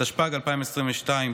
התשפ"ג 2022,